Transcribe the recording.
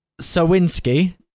Sawinski